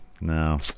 No